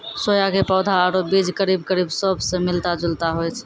सोया के पौधा आरो बीज करीब करीब सौंफ स मिलता जुलता होय छै